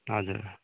हजुर